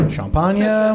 Champagne